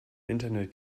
internet